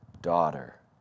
Daughter